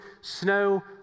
snow